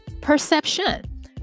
perception